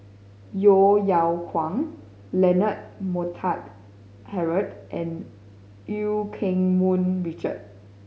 Yeo Yeow Kwang Leonard Montague Harrod and Eu Keng Mun Richard